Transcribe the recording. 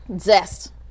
zest